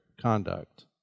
conduct